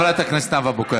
הטייסים שעומדים בצד ומפציצים.